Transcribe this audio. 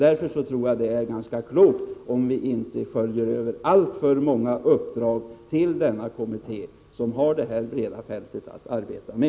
Därför vore det ganska klokt att inte skölja över alltför många uppdrag på denna kommitté, som har detta breda fält att arbeta på.